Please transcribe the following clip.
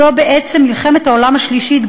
זו בעצם מלחמת העולם השלישית,